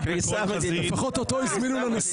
בכל חזית -- לפחות אותו הזמינו לארצות הברית.